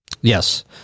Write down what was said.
Yes